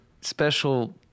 special